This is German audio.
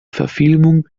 verfilmung